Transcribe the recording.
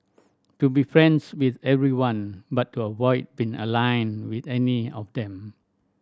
to be friends with everyone but to avoid being aligned with any of them